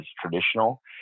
traditional –